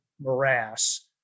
morass